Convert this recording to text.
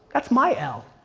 that's my l.